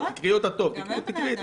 תקראי אותה טוב --- גם הם בני אדם.